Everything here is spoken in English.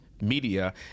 media